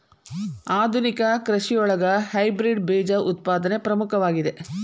ಆಧುನಿಕ ಕೃಷಿಯೊಳಗ ಹೈಬ್ರಿಡ್ ಬೇಜ ಉತ್ಪಾದನೆ ಪ್ರಮುಖವಾಗಿದೆ